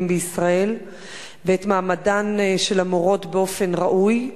בישראל ואת מעמדן של המורות באופן ראוי.